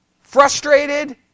frustrated